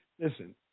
Listen